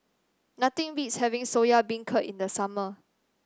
nothing beats having Soya Beancurd in the summer